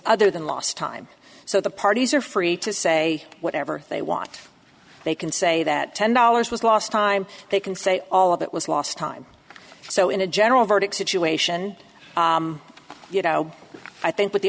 other than last time so the parties are free to say whatever they want they can say that ten dollars was last time they can say all of that was last time so in a general verdict situation you know i think what the